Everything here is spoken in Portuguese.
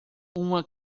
uma